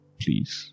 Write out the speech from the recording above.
please